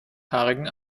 haarigen